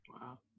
Wow